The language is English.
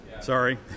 Sorry